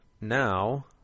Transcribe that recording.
now